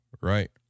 right